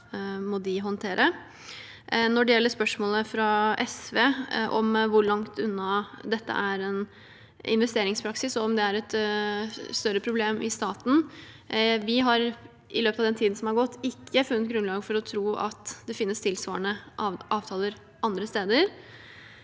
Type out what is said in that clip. Når det gjelder spørsmålet fra SV om hvor langt unna dette er en investeringspraksis, og om det er et større problem i staten: Vi har i løpet av den tiden som har gått, ikke funnet grunnlag for å tro at det finnes tilsvarende avtaler andre steder.